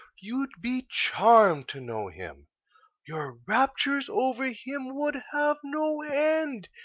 you'd be charmed to know him your raptures over him would have no end.